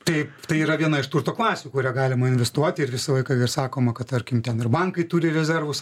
taip tai yra viena iš turto klasių kurią galima investuoti ir visą laiką ir sakoma kad tarkim ten ir bankai turi rezervus